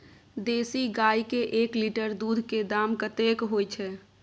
देसी गाय के एक लीटर दूध के दाम कतेक होय छै?